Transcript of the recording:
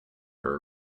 her